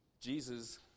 Jesus